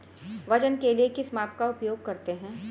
वजन के लिए किस माप का उपयोग करते हैं?